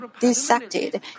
dissected